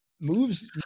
moves